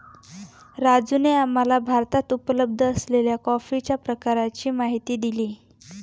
राजूने आम्हाला भारतात उपलब्ध असलेल्या कॉफीच्या प्रकारांची माहिती दिली